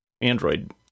Android